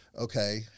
okay